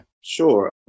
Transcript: Sure